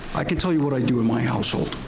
i can tell you what i do in my household.